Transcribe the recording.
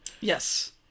Yes